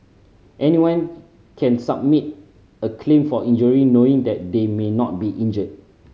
anyone can submit a claim for injury knowing that they may not be injured